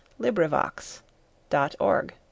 LibriVox.org